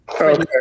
Okay